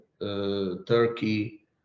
Turkey